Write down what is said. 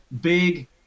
big